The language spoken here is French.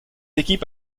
équipe